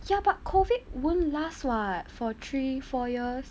ya but COVID won't last [what] for three four years